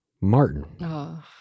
Martin